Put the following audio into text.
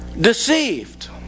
deceived